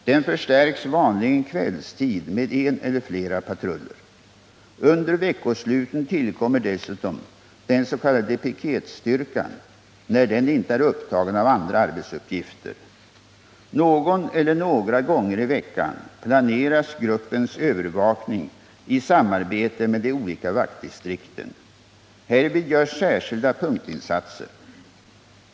Den förstärks vanligen kvällstid med en eller flera patruller. Under veckosluten tillkommer dessutom den s.k. piketstyrkan, när den inte är upptagen av andra arbetsuppgifter. Någon eller några gånger i veckan planeras gruppens övervakning i samarbete med de olika vaktdistrikten. Härvid görs särskilda punktinsatser.